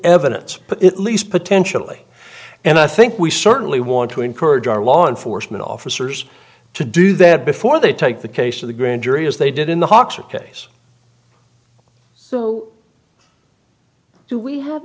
evidence but at least potentially and i think we certainly want to encourage our law enforcement officers to do that before they take the case of the grand jury as they did in the hoxha case so do we have